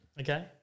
Okay